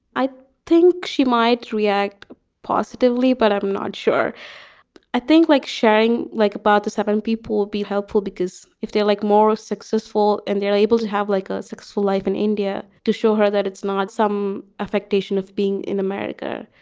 i think she might react positively, but i'm not sure i think like shang, like about the seven people be helpful because if they like more successful and they're able to have like a successful life in india to show her that it's not some affectation of being in america,